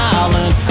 island